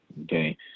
okay